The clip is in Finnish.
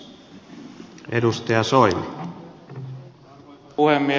arvoisa puhemies